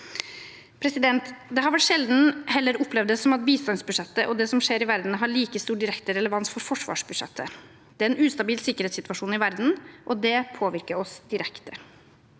helse. Det har vel sjelden heller opplevdes som at bistandsbudsjettet og det som skjer i verden, har like stor direkte relevans for forsvarsbudsjettet. Det er en ustabil sikkerhetssituasjon i verden, og det påvirker oss direkte.